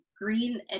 green